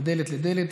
מדלת לדלת.